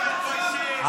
לא מתביישים,